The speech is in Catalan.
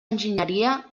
enginyeria